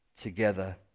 together